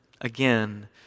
again